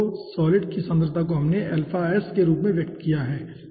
तो सॉलिड की सांद्रता को हम के रूप में व्यक्त करें